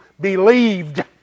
believed